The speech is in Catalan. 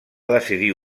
decidir